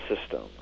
system